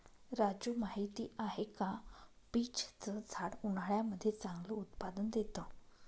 राजू माहिती आहे का? पीच च झाड उन्हाळ्यामध्ये चांगलं उत्पादन देत